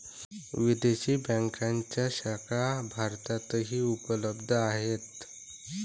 विदेशी बँकांच्या शाखा भारतातही उपलब्ध आहेत